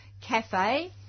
Cafe